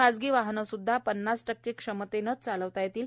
खासगी वाहनंसुद्धा पन्नास टक्के क्षमतेनं चालवता येतील